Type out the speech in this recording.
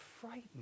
frightened